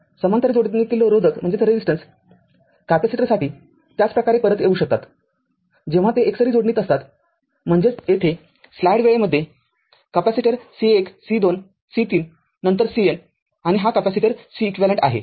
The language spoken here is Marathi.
समांतर जोडणीतील रोधक कॅपेसिटरसाठी त्याच प्रकारे परत येऊ शकतात जेव्हा ते एकसरी जोडणीत असतातम्हणजेचयेथे स्लाईड वेळेमध्ये कॅपेसिटर C१ C२ C३ नंतर CN आणि हा कॅपेसिटर Cequivalent आहे